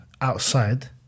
outside